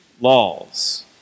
laws